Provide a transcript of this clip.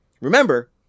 Remember